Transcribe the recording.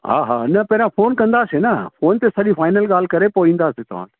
हा हा न पहिरां फोन कंदासीं न फोन ते सॼी फाईनल ॻाल्हि करे पोइ ईंदासीं तव्हां